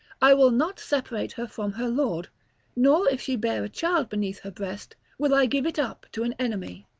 i will not separate her from her lord nor, if she bear a child beneath her breast, will i give it up to an enemy.